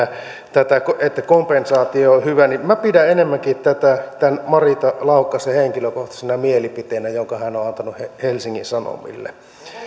tätä että kompensaatio on hyvä niin minä pidän tätä enemmänkin tämän marita laukkasen henkilökohtaisena mielipiteenä jonka hän on on antanut helsingin sanomille